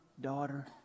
daughter